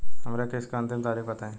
हमरे किस्त क अंतिम तारीख बताईं?